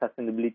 sustainability